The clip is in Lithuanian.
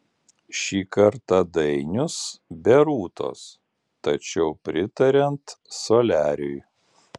šį kartą dainius be rūtos tačiau pritariant soliariui